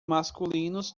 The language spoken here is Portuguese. masculinos